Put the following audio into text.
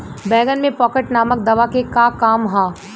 बैंगन में पॉकेट नामक दवा के का काम ह?